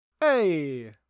Hey